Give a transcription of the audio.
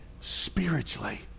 spiritually